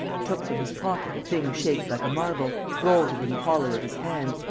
took from his pocket a thing shaped like a marble, rolled it in the hollow of his hand,